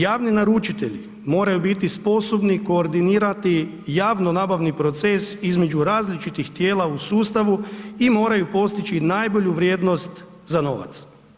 Javni naručitelji moraju biti sposobni koordinirati javno-nabavni proces između različitih tijela u sustavu i moraju postići najbolju vrijednost za novac.